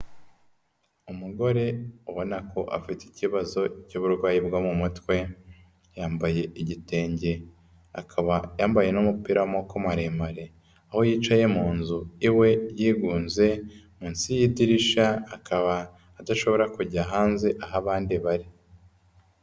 Umugore ubona ko afite ikibazo cy'uburwayi bwo mu mutwe, yambaye igitenge, akaba yambaye n'umupira w'amaboko maremare, aho yicaye mu nzu iwe yigunze munsi y'idirishya akaba adashobora kujya hanze aho abandi bari.